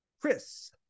Chris